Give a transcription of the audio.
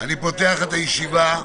אני מחדש את הישיבה,